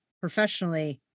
professionally